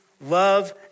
love